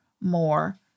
more